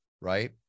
right